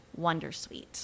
wondersuite